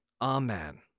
Amen